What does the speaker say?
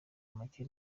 make